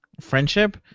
friendship